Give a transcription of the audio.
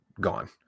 gone